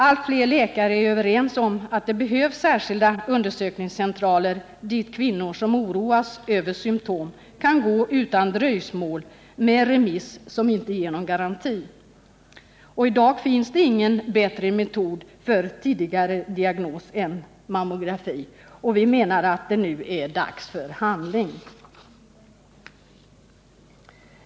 Alli fler läkare är överens om att det behövs särskilda undersökningscentraler dit kvinnor som oroas över symtom kan gå utan dröjsmålet med remiss, som inte ger någon garanti. I dag finns ingen bättre metod för tidigdiagnos än mammografi, och vi menar att det nu är dags för handling.